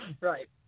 Right